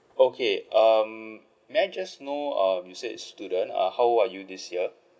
okay um may I just know um you said student uh how old are you this year